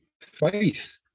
Faith